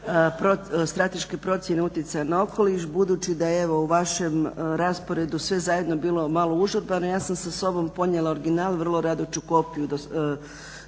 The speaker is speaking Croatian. strateške procjene utjecaja na okoliš, budući da evo u vašem rasporedu sve zajedno je bilo malo užurbano ja sam sa sobom ponijela original, vrlo rado ću kopiju